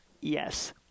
Yes